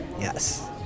Yes